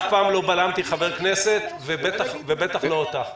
אז תגידי את העמדה שלהם.